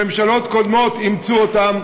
וממשלות קודמות אימצו אותה.